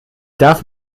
darf